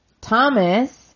Thomas